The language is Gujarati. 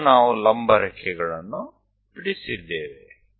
તો આપણે ઊભી લીટીઓ દોરી લીધેલી છે